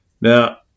Now